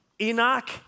Enoch